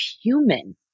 human